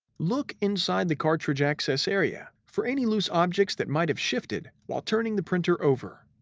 look inside the cartridge access area for any loose objects that might have shifted while turning the printer over.